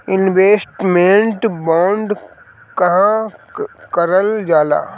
Investment bond काहे कारल जाला?